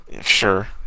Sure